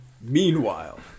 meanwhile